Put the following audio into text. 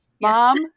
mom